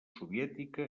soviètica